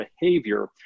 behavior